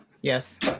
Yes